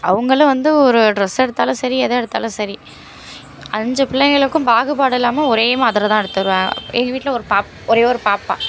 அவங்களும் வந்து ஒரு ட்ரெஸ் எடுத்தாலும் சரி எது எடுத்தாலும் சரி அஞ்சு பிள்ளைகளுக்கும் பாகுபாடு இல்லாமல் ஒரே மாதிரி தான் எடுத்து தருவார் எங்கள் வீட்டில் ஒரு பாப்பா ஒரே ஒரு பாப்பா